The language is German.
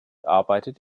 arbeitet